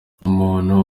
umuntu